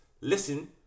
listen